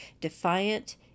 defiant